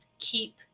keep